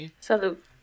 salute